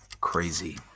Crazy